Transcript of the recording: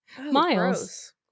Miles